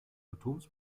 atoms